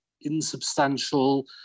insubstantial